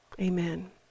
amen